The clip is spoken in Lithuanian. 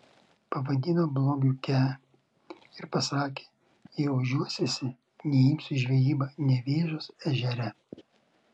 pavadino blogiuke ir pasakė jei ožiuosiesi neimsiu į žvejybą nevėžos ežere